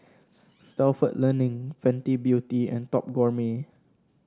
Stalford Learning Fenty Beauty and Top Gourmet